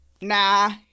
Nah